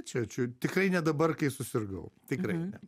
čia čia tikrai ne dabar kai susirgau tikrai ne